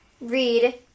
read